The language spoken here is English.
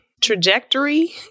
trajectory